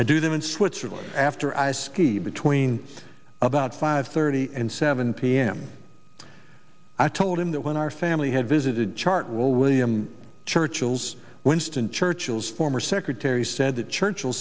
i do them in switzerland after i ski between about five thirty and seven p m i told him that when our family had visited chartwell william churchill's winston churchill's former secretary said that churchill